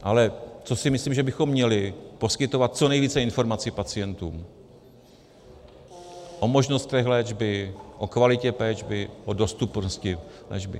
Ale co si myslím, že bychom měli poskytovat co nejvíce informací pacientům o možnostech léčby, o kvalitě léčby, o dostupnosti léčby.